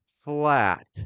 flat